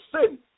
sin